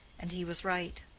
and he was right.